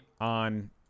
on